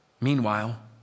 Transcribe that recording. Meanwhile